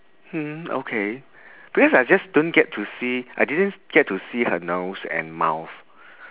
mm okay because I just don't get to see I didn't s~ get to see her nose and mouth